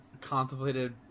contemplated